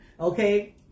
Okay